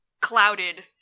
clouded